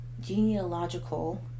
Genealogical